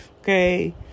Okay